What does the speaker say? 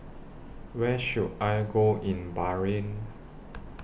Where should I Go in Bahrain